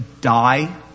die